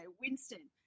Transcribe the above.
Winston